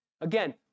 Again